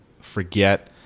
forget